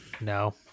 No